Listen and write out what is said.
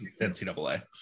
NCAA